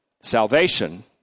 Salvation